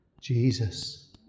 Jesus